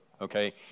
Okay